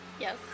Yes